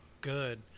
good